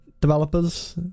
developers